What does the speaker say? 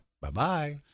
Bye-bye